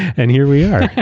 and here we are,